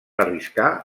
arriscar